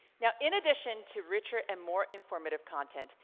now in addition to richer and more informative content,